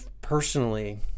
personally